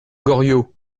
goriot